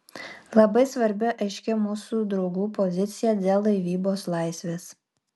labai svarbi aiški mūsų draugų pozicija dėl laivybos laisvės